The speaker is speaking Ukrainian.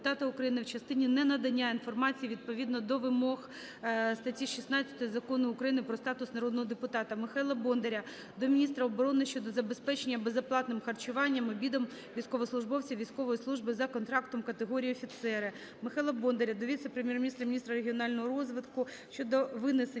депутата України в частині ненадання інформації відповідно до вимог статті 16 Закону України про статус народного депутата. Михайла Бондаря до міністра оборони щодо забезпечення безоплатним харчуванням (обідом) військовослужбовців військової служби за контрактом категорії офіцери. Михайла Бондаря до Віце-прем’єр-міністра - міністра регіонального розвитку щодо винесення